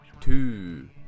two